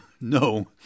no